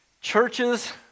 churches